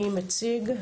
מי מציג?